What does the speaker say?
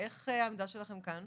איך העמדה שלכם כאן?